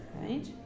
Right